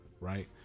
Right